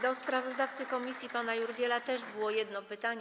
Do sprawozdawcy komisji pana Jurgiela też było jedno pytanie.